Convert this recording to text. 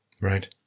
Right